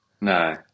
No